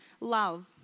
love